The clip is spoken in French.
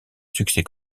succès